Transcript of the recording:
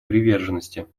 приверженности